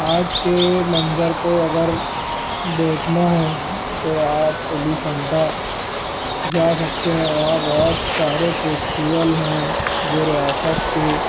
art کے منظر کو اگر دیکھنا ہے تو آپ ایلیفنٹا جا سکتے ہیں وہاں بہت سارے فیسٹیول ہیں جو ریاست کے